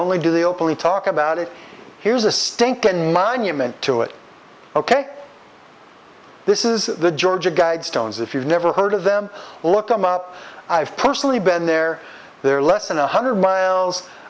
only do they openly talk about it here's a stink and monument to it ok this is the georgia guidestones if you've never heard of them look them up i've personally been there they're less than one hundred miles